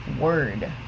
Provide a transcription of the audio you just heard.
word